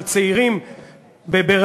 של צעירים בברלין,